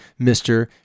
Mr